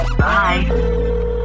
bye